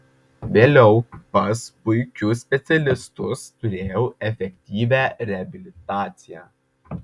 vėliau pas puikius specialistus turėjau efektyvią reabilitaciją